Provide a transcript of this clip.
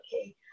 okay